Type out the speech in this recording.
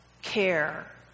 Care